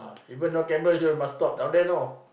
even though cameras here must stop down there no